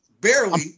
barely